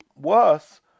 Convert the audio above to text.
worse